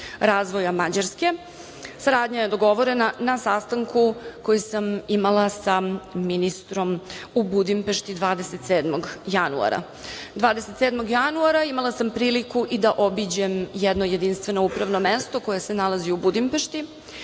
razvoja Mađarske. Saradnja je dogovorena na sastanku koji sam imala sa ministrom u Budimpešti 27. januara. Imala sam priliku 27. januara i da obiđem jedno jedinstveno upravno mesto koje se nalazi u Budimpešti